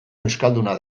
euskalduna